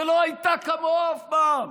שלא הייתה כמוה אף פעם.